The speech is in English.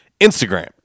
Instagram